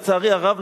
לצערי הרב,